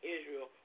Israel